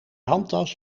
handtas